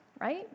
right